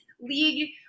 league